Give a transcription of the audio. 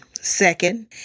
Second